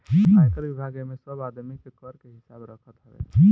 आयकर विभाग एमे सब आदमी के कर के हिसाब रखत हवे